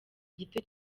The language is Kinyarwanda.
gito